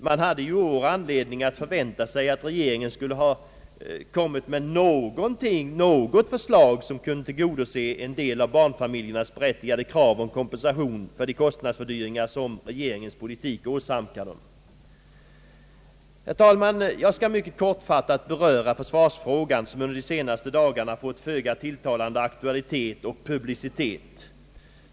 Man hade i år anledning förvänta att regeringen skulle ha kommit med något förslag, som kunde tillgodose en del av barnfamiljernas berättigade krav på kompensation för de kostnadsfördyringar som regeringens politik åsamkar dem. Herr talman! Jag skall mycket kortfattat beröra försvarsfrågan, som under de senaste dagarna fått en föga tilltalande aktualitet och publicitet.